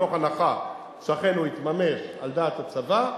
מתוך הנחה שאכן הוא יתממש על דעת הצבא,